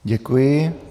Děkuji.